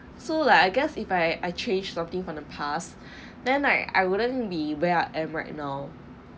so like I guess if I I change something from the past then I I wouldn't be where I am right now